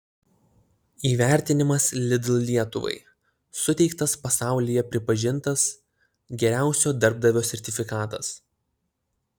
įvertinimas lidl lietuvai suteiktas pasaulyje pripažintas geriausio darbdavio sertifikatas